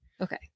Okay